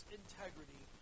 integrity